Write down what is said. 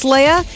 Leia